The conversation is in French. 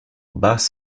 bath